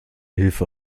hilfe